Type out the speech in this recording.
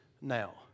now